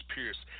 Pierce